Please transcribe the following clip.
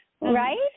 Right